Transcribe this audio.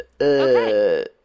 okay